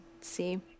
See